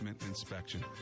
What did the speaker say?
inspection